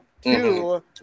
Two